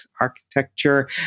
architecture